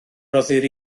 roddir